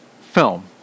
film